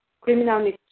criminal